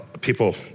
people